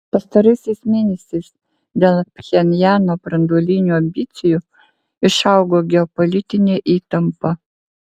pastaraisiais mėnesiais dėl pchenjano branduolinių ambicijų išaugo geopolitinė įtampa